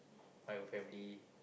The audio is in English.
by your family